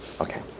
Okay